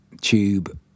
tube